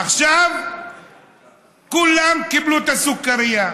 עכשיו כולם קיבלו את הסוכרייה.